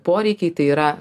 poreikiai tai yra